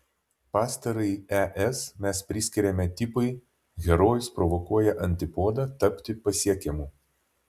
pastarąjį es mes priskiriame tipui herojus provokuoja antipodą tapti pasiekiamu